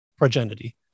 progenity